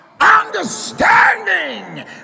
understanding